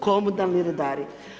Komunalni redari.